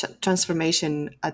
transformation